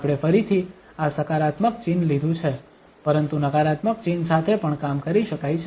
આપણે ફરીથી આ સકારાત્મક ચિહ્ન લીધું છે પરંતુ નકારાત્મક ચિહ્ન સાથે પણ કામ કરી શકાય છે